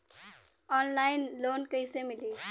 Online loan कइसे मिली?